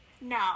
no